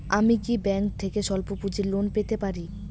আমি কি ব্যাংক থেকে স্বল্প পুঁজির লোন পেতে পারি?